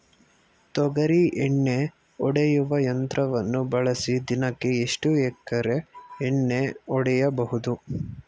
ತೊಗರಿ ಎಣ್ಣೆ ಹೊಡೆಯುವ ಯಂತ್ರವನ್ನು ಬಳಸಿ ದಿನಕ್ಕೆ ಎಷ್ಟು ಎಕರೆ ಎಣ್ಣೆ ಹೊಡೆಯಬಹುದು?